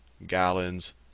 gallons